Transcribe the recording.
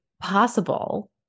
possible